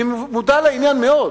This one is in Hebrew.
אני מודע לעניין מאוד.